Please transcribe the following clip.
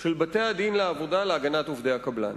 של בתי-הדין לעבודה להגנת עובדי הקבלן.